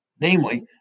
namely